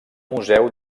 museu